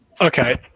Okay